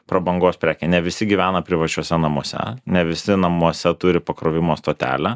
prabangos prekė ne visi gyvena privačiuose namuose ne visi namuose turi pakrovimo stotelę